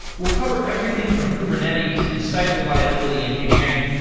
we'll cover everything from kubernetes and site reliability engineering,